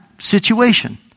Situation